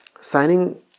signing